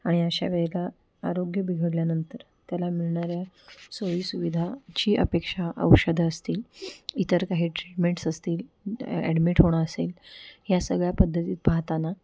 आणि अशा वेळेला आरोग्य बिघडल्यानंतर त्याला मिळणाऱ्या सोयीसुविधाची अपेक्षा औषधं असतील इतर काही ट्रीटमेंट्स असतील ॲ ॲडमिट होणं असेल ह्या सगळ्या पद्धतीत पाहताना